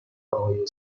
آقای